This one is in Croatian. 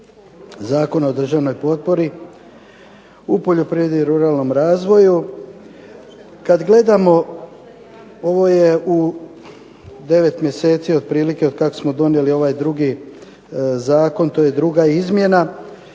Zakona o državnoj potpori u poljoprivredi i ruralnom razvoju. Kada gledamo ovo je u 9 mjeseci, od kada smo otprilike donijeli ovaj drugi Zakon, to je druga izmjena,